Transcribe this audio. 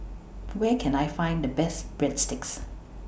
Where Can I Find The Best Breadsticks